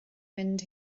mynd